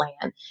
plan